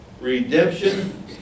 redemption